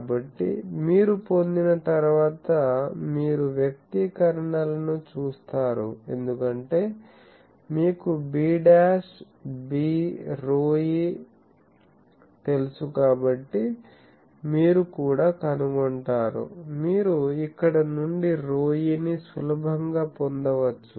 కాబట్టి మీరు పొందిన తర్వాత మీరు వ్యక్తీకరణల ను చూస్తారు ఎందుకంటే మీకు b b ρe తెలుసు కాబట్టి మీరు కూడా కనుగొంటారు మీరు ఇక్కడ నుండి Pe ని సులభంగా పొందవచ్చు